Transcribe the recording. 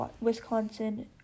Wisconsin